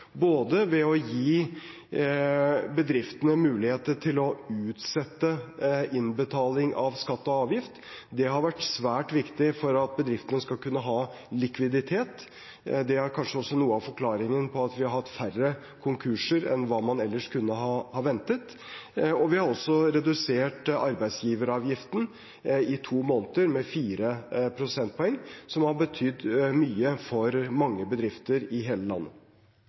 både ved å gi bedriftene mulighet til å utsette innbetaling av skatt og avgift – det har vært svært viktig for at bedriftene skal kunne ha likviditet, og det er kanskje også noe av forklaringen på at vi har hatt færre konkurser enn hva man ellers kunne ha ventet – og ved at vi har redusert arbeidsgiveravgiften med fire prosentpoeng i to måneder, noe som har betydd mye for mange bedrifter i hele landet.